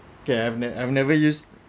okay I've never I've never use